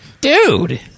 dude